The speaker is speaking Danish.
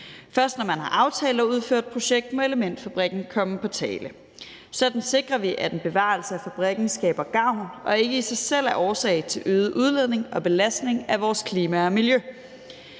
Først når man har aftalt at udføre et projekt, må elementfabrikken komme på tale. Sådan sikrer vi, at en bevarelse af fabrikken er til gavn og ikke i sig selv er årsag til øget udledning og belastning af vores klima og miljø.